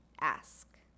ask